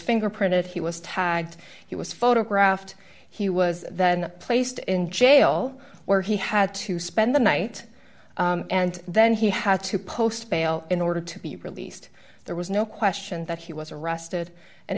fingerprinted he was tagged he was photographed he was then placed in jail where he had to spend the night and then he had to post bail in order to be released there was no question that he was arrested and